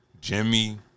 Jimmy